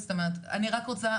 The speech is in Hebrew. אני רק רוצה,